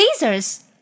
lasers